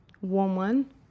woman